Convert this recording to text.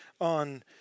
on